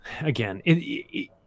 again